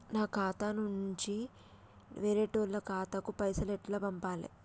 నా ఖాతా నుంచి వేరేటోళ్ల ఖాతాకు పైసలు ఎట్ల పంపాలే?